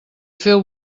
feu